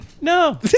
No